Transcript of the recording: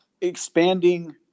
expanding